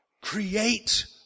create